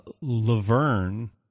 Laverne